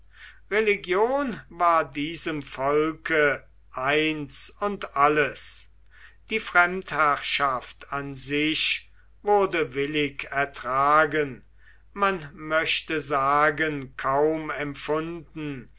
religion war diesem volke eins und alles die fremdherrschaft an sich wurde willig ertragen man möchte sagen kaum empfunden